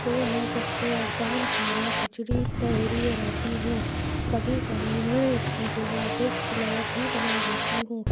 تو میں سب سے آسان کھانا کھچڑی تہری بناتی ہوں کبھی کبھی میں اس کی جگہ ویج پلاؤ بھی بنا لیتی ہوں